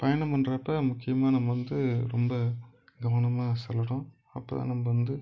பயணம் பண்ணுறப்ப முக்கியமாக நம்ம வந்து ரொம்ப கவனமாக செல்லுகிறோம் அப்போதான் நம்ம வந்து